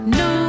no